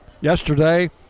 yesterday